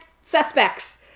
suspects